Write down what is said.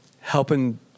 helping